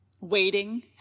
waiting